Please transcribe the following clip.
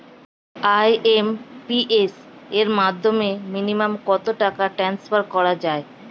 IMPS এর মাধ্যমে minimum কত টাকা ট্রান্সফার করা যায়?